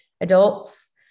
adults